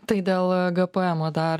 tai dėl gpmo dar